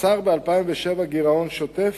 נוצרו ב-2007 גירעון שוטף,